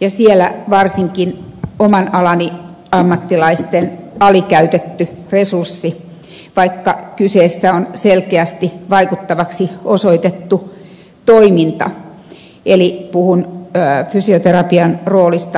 ja siellä varsinkin oman alani ammattilaisten alikäytetty resurssi vaikka kyseessä on selkeästi vaikuttavaksi osoitettu toiminta eli puhun fysioterapian roolista kouluterveydenhuollossa